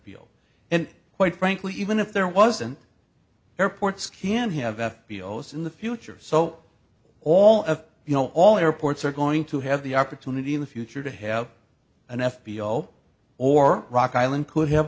feel and quite frankly even if there wasn't airports can have f b o it's in the future so all of you know all airports are going to have the opportunity in the future to have an f b o or rock island could have